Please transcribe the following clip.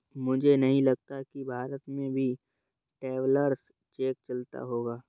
मुझे नहीं लगता कि भारत में भी ट्रैवलर्स चेक चलता होगा